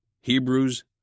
Hebrews